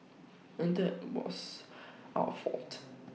and that was our fault